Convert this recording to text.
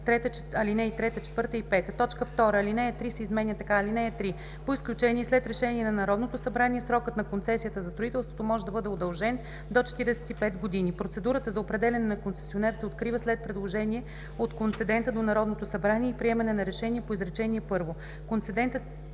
ал. 3, 4, 5“. 2. Алинея 3 се изменя така: „(3) По изключение и след решение на Народното събрание, срокът на концесия за строителство може да бъде удължен до 45 години. Процедурата за определяне на концесионер се открива след предложение от концедента до Народното събрание и приемане на решение по изречение първо. Концедентът